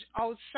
outside